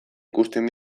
ikusten